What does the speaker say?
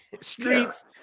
streets